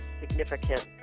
significant